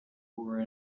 were